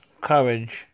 courage